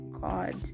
god